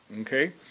Okay